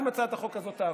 אם הצעת החוק הזאת תעבור.